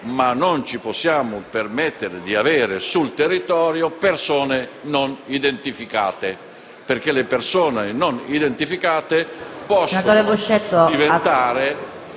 ma non ci possiamo permettere di avere sul territorio persone non identificate, perché queste ultime possono diventare